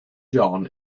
john